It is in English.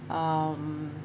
um